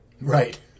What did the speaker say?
Right